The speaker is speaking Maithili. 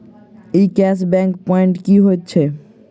ई कैश बैक प्वांइट की होइत छैक?